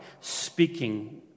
speaking